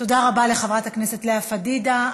תודה רבה לחברת הכנסת לאה פדידה.